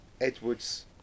Edwards